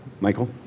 Michael